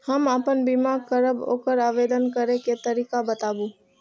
हम आपन बीमा करब ओकर आवेदन करै के तरीका बताबु?